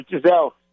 Giselle –